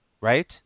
right